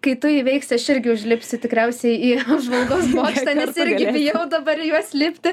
kai tu įveiksi aš irgi užlipsiu tikriausiai į apžvalgos bokštą nes irgi bijau dabar į juos lipti